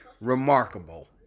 remarkable